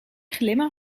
glimmen